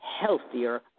healthier